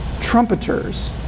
trumpeters